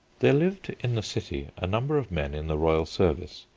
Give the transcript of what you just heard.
there lived in the city a number of men in the royal service.